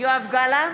יואב גלנט,